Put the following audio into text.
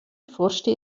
forschte